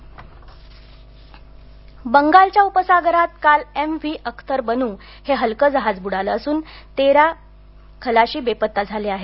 जहाज बुडाले बंगालच्या उपसागरात काल एम व्ही अख्तर बनू हे हलकं जहाज बुडालं असून तेरा एक खलाशी बेपत्ता झाले आहेत